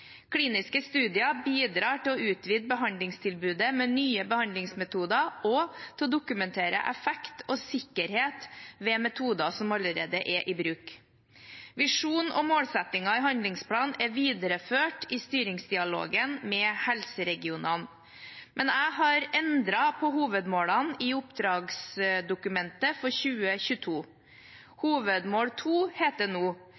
Kliniske studier bidrar til å utvide behandlingstilbudet med nye behandlingsmetoder og til å dokumentere effekt og sikkerhet ved metoder som allerede er i bruk. Visjon og målsettinger i handlingsplanen er videreført i styringsdialogen med helseregionene, men jeg har endret på hovedmålene i oppdragsdokumentet for 2022. Hovedmål to heter nå